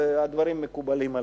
הדברים מקובלים עלי.